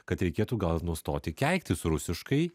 kad reikėtų gal nustoti keiktis rusiškai